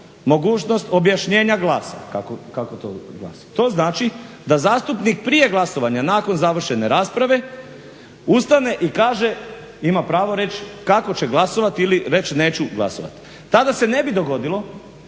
mogućnost objašnjenja glasi kako to glasi. To znači da zastupnik prije glasovanja nakon završene rasprave ustane i kaže, ima pravo reći, kako će glasovati ili reći neću glasovati. Tada se ne bi dogodilo